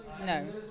No